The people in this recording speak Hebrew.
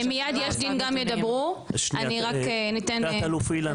תת אלוף אילן,